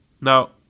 Now